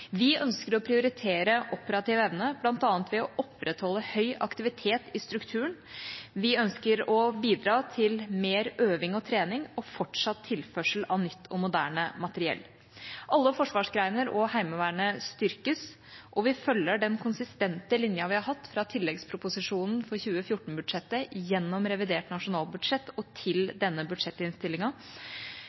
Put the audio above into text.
Vi ønsker å prioritere operativ evne, bl.a. ved å opprettholde høy aktivitet i strukturen. Vi ønsker å bidra til mer øving og trening og fortsatt tilførsel av nytt og moderne materiell. Alle forsvarsgrener og Heimevernet styrkes, og vi følger den konsistente linja vi har hatt fra tilleggsproposisjonen for 2014-budsjettet gjennom revidert nasjonalbudsjett og til denne